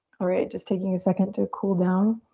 alright, just taking a second to cool down.